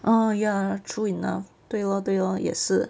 orh ya true enough 对 lor 对 lor 也是